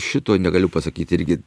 šito negaliu pasakyti irgi